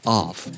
off